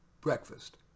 breakfast